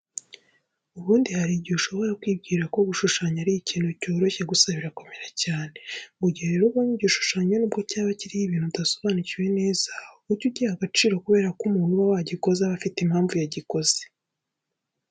Ubundi hari igihe ushobora kwibwira ko gushushanya ari ikintu cyoroshye gusa birakomera cyane. Mu gihe rero ubonye igishushanyo nubwo cyaba kiriho ibintu udasobanukiwe neza ujye ugiha agaciro kubera ko umuntu uba wagikoze aba afite impamvu yagikoze.